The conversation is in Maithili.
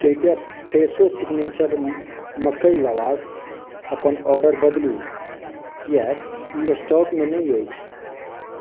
कृपया फ्रेशो सिग्नेचर मक्कई लवाश अपन ऑर्डर बदलु कियाक ई स्टॉकमे नहि अछि